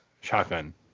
shotgun